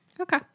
Okay